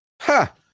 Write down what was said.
ha